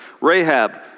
Rahab